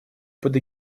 под